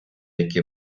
які